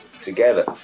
together